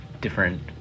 different